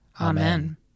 Amen